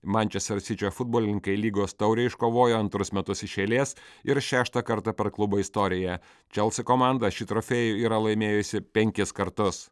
mančester sičio futbolininkai lygos taurę iškovojo antrus metus iš eilės ir šeštą kartą per klubo istoriją čelsi komanda šį trofėjų yra laimėjusi penkis kartus